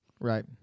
Right